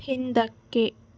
ಹಿಂದಕ್ಕೆ